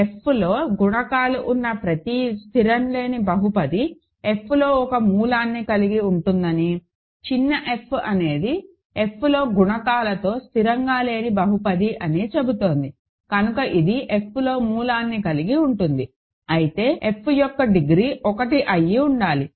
Fలో గుణకాలు ఉన్న ప్రతి స్థిరంగా లేని బహుపది F లో ఒక మూలాన్ని కలిగి ఉంటుందని చిన్న f అనేది Fలో గుణకాలతో స్థిరంగా లేని బహుపది అని చెబుతుంది కనుక ఇది Fలో మూలాన్ని కలిగి ఉంటుంది అయితే f యొక్క డిగ్రీ 1 అయ్యి ఉండాలి